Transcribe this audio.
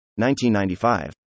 1995